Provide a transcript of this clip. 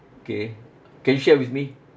K can you share with me